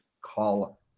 call